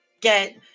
get